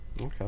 Okay